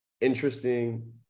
interesting